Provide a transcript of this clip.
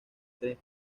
tres